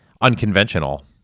unconventional